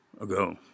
ago